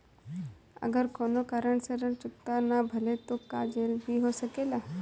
अगर कौनो कारण से ऋण चुकता न भेल तो का जेल भी हो सकेला?